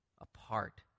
apart